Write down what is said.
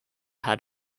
had